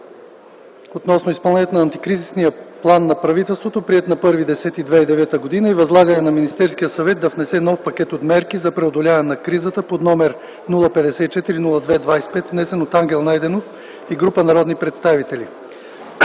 относно изпълнението на Антикризисния план на правителството, приет на 1.10.2009 г., и възлагане на Министерския съвет да внесе нов пакет от мерки за преодоляване на кризата, № 054-02-25, внесен от Ангел Найденов и група народни представители.